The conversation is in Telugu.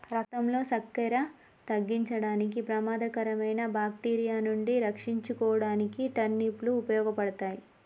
రక్తంలో సక్కెర తగ్గించడానికి, ప్రమాదకరమైన బాక్టీరియా నుండి రక్షించుకోడానికి టర్నిప్ లు ఉపయోగపడతాయి